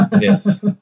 Yes